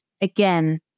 again